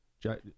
Jack